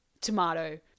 tomato